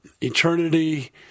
Eternity